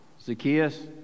Zacchaeus